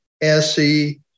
SE